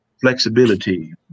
flexibility